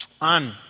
on